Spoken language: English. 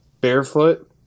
barefoot